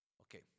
Okay